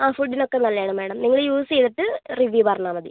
ആ ഫുഡ്ഡിന് ഒക്കെ നല്ലതാണ് മേഡം നിങ്ങൾ യൂസ് ചെയ്തിട്ട് റിവ്യൂ പറഞ്ഞാൽ മതി